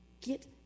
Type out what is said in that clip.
get